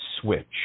Switch